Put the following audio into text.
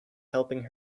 helping